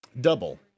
double